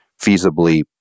feasibly